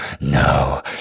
no